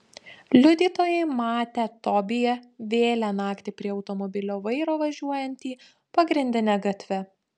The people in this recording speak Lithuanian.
liudytojai matę tobiją vėlią naktį prie automobilio vairo važiuojantį pagrindine gatve